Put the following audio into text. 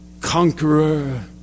conqueror